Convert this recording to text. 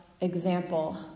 example